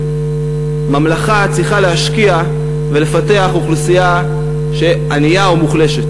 ממלכה צריכה להשקיע ולפתח אוכלוסייה שהיא ענייה או מוחלשת.